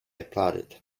applauded